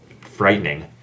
frightening